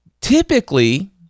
Typically